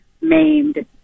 maimed